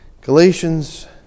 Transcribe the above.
Galatians